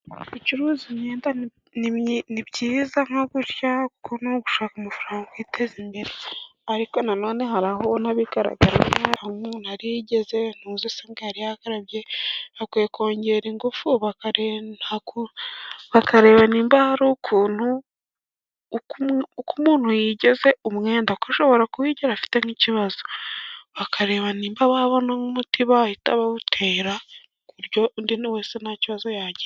Gucuruza imyenda ni byiza nko gutyo, no gushaka amafaranga yiteza imbere, ariko nanone hari ahobigaraga nabi umuntu ari yigeze ntuzi uko usa yari yakarabye, bakwiye kongera ingufu bakare bakareba nimba hari ukuntu uko umuntu yigeze umwenda, ushobora kuba ya wigera afite nk'ikibazo bakarebabana nimba wabona umuti bahita bawutera kuburyo undi muntu wese nta kibazo yagira.